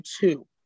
two